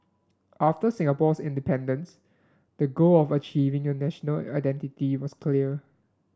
after Singapore's independence the goal of achieving a national identity was clear